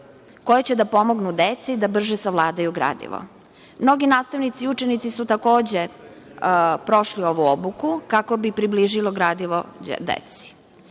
koji će da pomognu decu da brže savladaju gradivo. Mnogi nastavnici i učenici su, takođe, prošli ovu obuku kako bi približili gradivo deci.